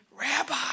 Rabbi